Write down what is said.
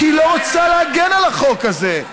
כי היא לא רוצה להגן על החוק הזה.